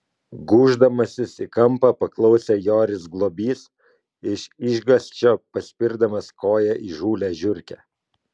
gūždamasis į kampą paklausė joris globys iš išgąsčio paspirdamas koja įžūlią žiurkę